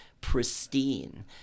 pristine